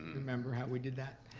remember how we did that?